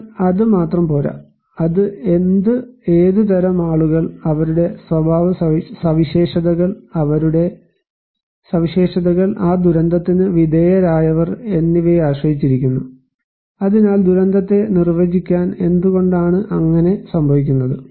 എന്നാൽ അത് മാത്രം പോരാ അത് എന്ത് ഏത് തരം ആളുകൾ അവരുടെ സ്വഭാവ സവിശേഷതകൾ അവരുടെ സവിശേഷതകൾ ആ ദുരന്തത്തിന് വിധേയരായവർ എന്നിവയെ ആശ്രയിച്ചിരിക്കുന്നു അതിനാൽ ദുരന്തത്തെ നിർവചിക്കാൻ എന്തുകൊണ്ടാണ് അങ്ങനെ സംഭവിക്കുന്നത്